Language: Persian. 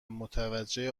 متوجه